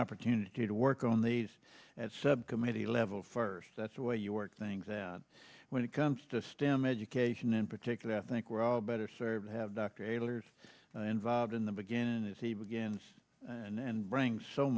opportunity to work on these at sub committee level first that's the way you work things out when it comes to stem education in particular i think we're all better served to have dr elders involved in the beginning as he begins and bring so